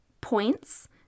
points